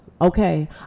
Okay